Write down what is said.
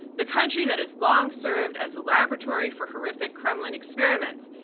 the country that has long served as a laboratory for horrific kremlin experiments.